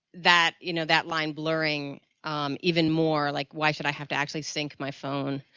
that, you know, that line blurring even more like why should i have to actually think my phone,